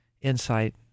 insight